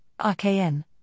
RKN